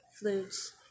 flutes